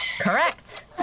Correct